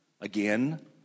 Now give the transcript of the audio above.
again